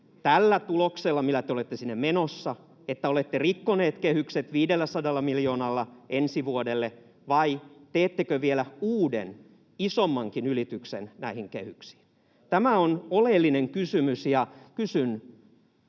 tällä tuloksella, millä te olette sinne menossa, että olette rikkoneet kehykset 500 miljoonalla ensi vuodelle, vai teettekö vielä uuden, isommankin ylityksen näihin kehyksiin? Tämä on oleellinen kysymys, ja kysyn,